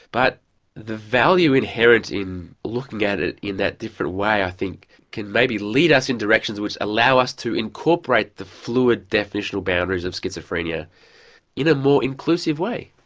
but the value inherent in looking at it in that different way i think can maybe lead us in directions which allow us to incorporate the fluid definitional boundaries of schizophrenia in a more inclusive way.